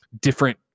different